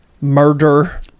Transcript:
murder